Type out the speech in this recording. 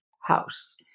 house